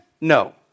No